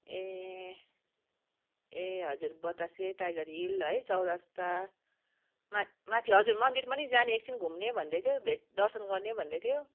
ए ए हजुर बतासे टाइगर हिल है चौरस्ता मा माथि हजुर मन्दिर पनि जाने एकछिन घुम्ने भन्दै थियो भेट दर्शन गर्ने भन्दै थियो